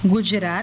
Gujarat